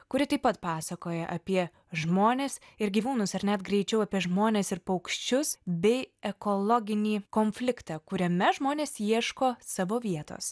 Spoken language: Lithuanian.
kuri taip pat pasakoja apie žmones ir gyvūnus ar net greičiau apie žmones ir paukščius bei ekologinį konfliktą kuriame žmonės ieško savo vietos